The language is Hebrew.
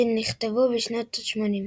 שנכתבו בשנות ה-80.